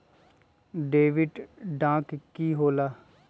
Debit card की होला?